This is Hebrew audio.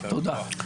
תודה.